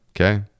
okay